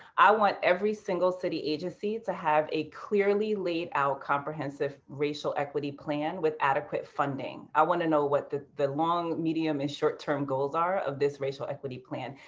i want every single city agency to have a clearly laid out comprehensive racial equity plan with adequate funding. i want to know what the the long, medium, and short term goals are of this racial equity plan.